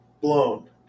blown